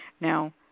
Now